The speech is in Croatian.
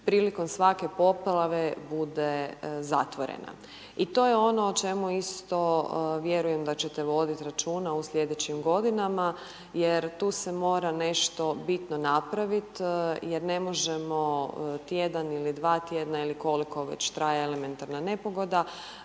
prilikom svake poplave bude zatvorena. I to je ono o čemu isto vjerujem da ćete voditi računa u sljedećim godinama jer tu se mora nešto bitno napraviti jer ne može tjedan ili dva tjedna, ili koliko već traje elementarna nepogoda,